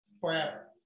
forever